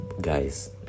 guys